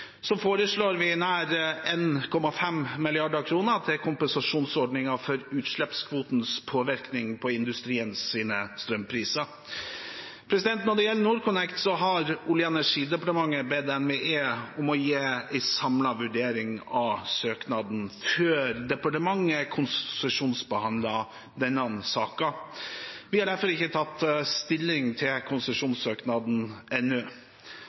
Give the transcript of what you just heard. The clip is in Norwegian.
Så foreslår vi nærmere 1,5 mrd. kr til kompensasjonsordninger for utslippskvotens påvirkning på industriens strømpriser. Når det gjelder NorthConnect, har Olje- og energidepartementet bedt NVE om å gi en samlet vurdering av søknaden før departementet konsesjonsbehandler denne saken. Vi har derfor ikke tatt stilling til